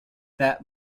that